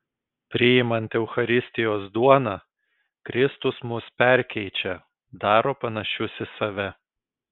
priimant eucharistijos duoną kristus mus perkeičia daro panašius į save